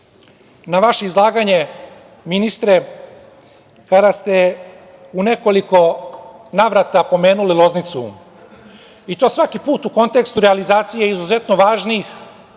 na vaše izlaganje, ministre, kada ste u nekoliko navrata pomenuli Loznicu i to svaki put u kontekstu realizacije izuzetno važnih